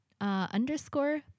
underscore